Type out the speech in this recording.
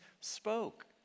spoke